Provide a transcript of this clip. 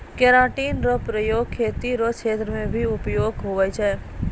keratin रो प्रयोग खेती रो क्षेत्र मे भी उपयोग हुवै छै